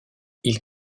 ils